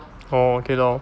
orh okay lor